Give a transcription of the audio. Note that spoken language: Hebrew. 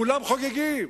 כולם חוגגים.